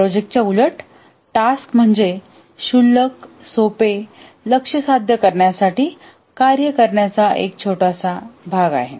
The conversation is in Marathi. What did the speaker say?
प्रोजेक्टच्या उलट टास्क म्हणजे क्षुल्लक सोपे लक्ष्य साध्य करण्यासाठी कार्य करण्याचा एक छोटासा भाग आहे